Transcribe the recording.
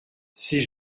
c’est